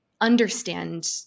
understand